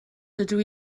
dydw